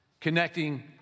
connecting